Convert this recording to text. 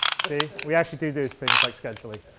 see we actually do those things like scheduling.